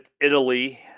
Italy